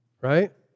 Right